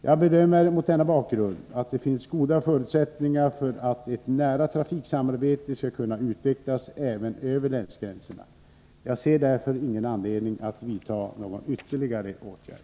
Jag bedömer mot denna bakgrund att det finns goda förutsättningar för att ett nära trafiksamarbete skall kunna utvecklas även över länsgränserna. Jag ser därför ingen anledning att vidta någon ytterligare åtgärd.